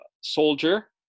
soldier